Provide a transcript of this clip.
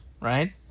right